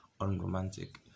Unromantic